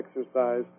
exercise